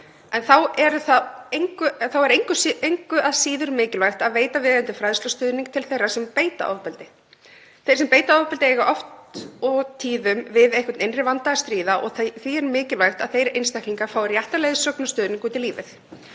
en það er ekki síður mikilvægt að veita viðeigandi fræðslu og stuðning til þeirra sem beita ofbeldi. Þeir sem beita ofbeldi eiga oft og tíðum við einhvern innri vanda að stríða og því er mikilvægt að þeir einstaklingar fái rétta leiðsögn og stuðning út í lífið.